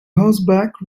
horseback